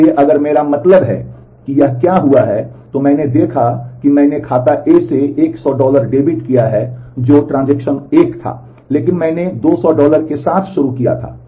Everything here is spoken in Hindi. इसलिए अगर मेरा मतलब है कि यह क्या हुआ है तो मैंने देखा है कि मैंने खाता ए से 100 डॉलर डेबिट किए हैं जो ट्रांज़ैक्शन 1 था लेकिन यहां मैंने 200 डॉलर के साथ शुरू किया था